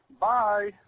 Bye